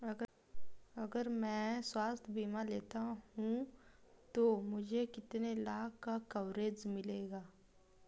अगर मैं स्वास्थ्य बीमा लेता हूं तो मुझे कितने लाख का कवरेज मिलेगा?